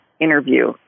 interview